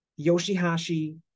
Yoshihashi